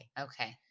Okay